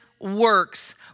works